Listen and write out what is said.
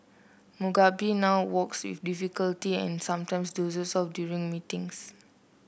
Mugabe now walks with difficulty and sometimes dozes off during meetings